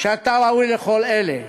שאתה ראוי לכל אלה,